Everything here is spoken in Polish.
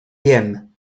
wiem